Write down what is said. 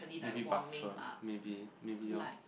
maybe buffer maybe maybe orh